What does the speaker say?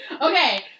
Okay